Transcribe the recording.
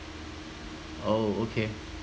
oh okay